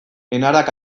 enarak